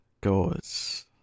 goes